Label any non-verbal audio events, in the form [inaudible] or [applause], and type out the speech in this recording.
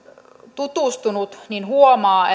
tutustunut huomaa [unintelligible]